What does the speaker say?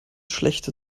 schlechte